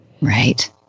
right